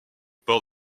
port